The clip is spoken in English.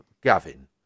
Gavin